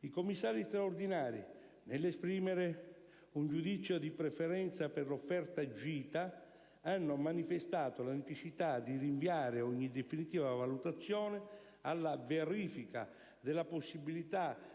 i commissari straordinari, nell'esprimere un giudizio di preferenza per l'offerta GITA, hanno manifestato la necessità di rinviare ogni definitiva valutazione alla verifica della possibilità